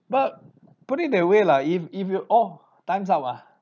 but put it that way lah if if you oh times up ah